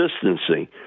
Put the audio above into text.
consistency